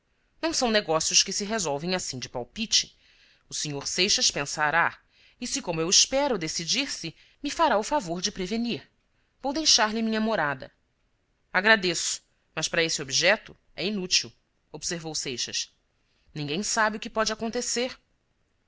não são negócios que se resolvem assim de palpite o sr seixas pensará e se como eu espero decidir-se me fará o favor de prevenir vou deixar-lhe minha morada agradeço mas para esse objeto é inútil observou seixas ninguém sabe o que pode acontecer